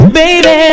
baby